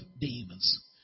demons